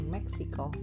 Mexico